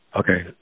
okay